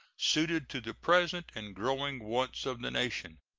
suited to the present and growing wants of the nation.